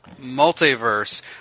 multiverse